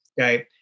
okay